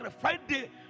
Friday